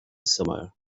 summer